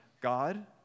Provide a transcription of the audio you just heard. God